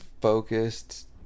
focused